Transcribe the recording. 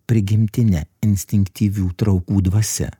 prigimtine instinktyvių traukų dvasia